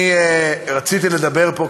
אני רציתי לדבר פה,